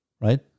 right